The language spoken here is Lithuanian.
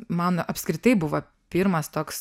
man apskritai buvo pirmas toks